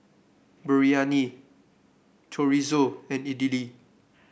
Biryani Chorizo and Idili